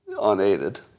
unaided